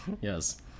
yes